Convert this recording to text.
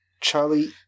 Charlie